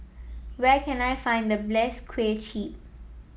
where can I find the bless Kway Chap